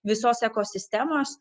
visos ekosistemos